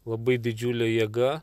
labai didžiulė jėga